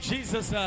Jesus